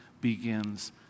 begins